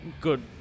good